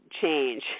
change